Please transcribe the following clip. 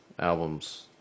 albums